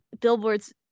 billboards